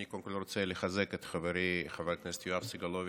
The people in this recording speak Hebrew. אני קודם כול רוצה לחזק את חברי חבר הכנסת יואב סגלוביץ',